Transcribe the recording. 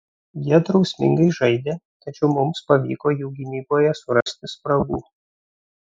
jie drausmingai žaidė tačiau mums pavyko jų gynyboje surasti spragų